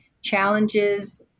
challenges